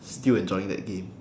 still enjoying that game